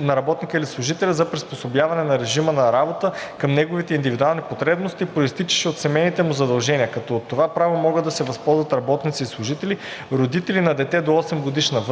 на работника или служителя за приспособяване на режима на работа към неговите индивидуални потребности, произтичащи от семейните му задължения, като от това право могат да се възползват работници и служители, родители на дете до 8 годишна възраст,